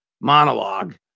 monologue